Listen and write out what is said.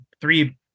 three